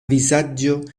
vizaĝo